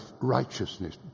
righteousness